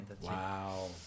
wow